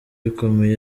bikomeye